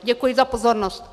Děkuji za pozornost.